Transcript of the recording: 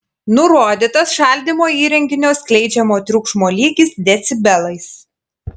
nurodytas šaldymo įrenginio skleidžiamo triukšmo lygis decibelais